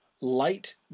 light